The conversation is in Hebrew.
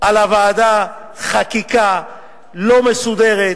על הוועדה חקיקה לא מסודרת,